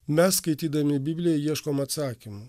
mes skaitydami bibliją ieškom atsakymų